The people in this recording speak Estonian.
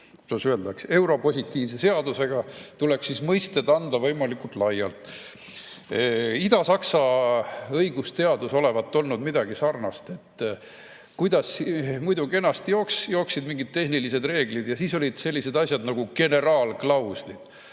europositiivse seadusega, tuleks mõisted anda võimalikult laialt. Ida-Saksa õigusteaduses olevat olnud midagi sarnast. Muidu jooksid mingid tehnilised reeglid kenasti, aga siis olid sellised asjad nagu generaalklauslid,